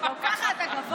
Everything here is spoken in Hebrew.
גם ככה אתה גבוה.